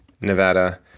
Nevada